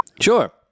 Sure